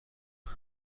بکن